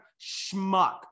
schmuck